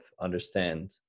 understand